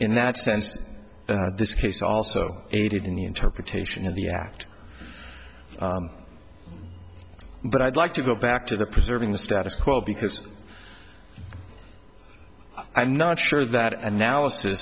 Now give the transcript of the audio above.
in that sense this case also aided in the interpretation of the act but i'd like to go back to that preserving the status quo because i'm not sure that analysis